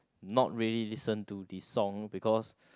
not really listen to this song because